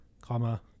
comma